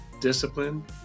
discipline